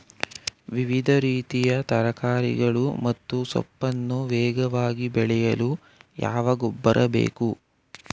ವಿವಿಧ ರೀತಿಯ ತರಕಾರಿಗಳು ಮತ್ತು ಸೊಪ್ಪನ್ನು ವೇಗವಾಗಿ ಬೆಳೆಯಲು ಯಾವ ಗೊಬ್ಬರ ಬೇಕು?